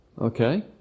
Okay